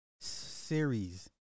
series